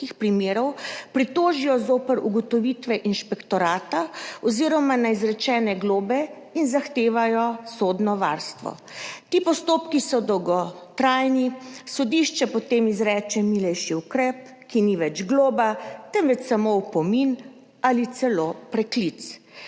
primerov pritožijo zoper ugotovitve inšpektorata oziroma na izrečene globe in zahtevajo sodno varstvo. Ti postopki so dolgotrajni. Sodišče potem izreče milejši ukrep, ki ni več globa, temveč samo opomin ali celo preklic.